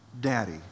daddy